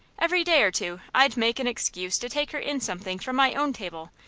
every day or two i'd make an excuse to take her in something from my own table,